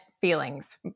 feelings